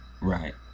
right